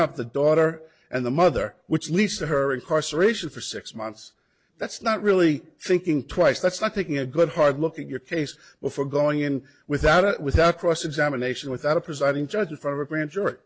up the daughter and the mother which leads to her incarceration for six months that's not really thinking twice that's not taking a good hard look at your case before going in without it without cross examination without a presiding judge from a grand jury